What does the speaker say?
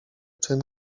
czyn